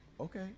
Okay